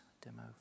demo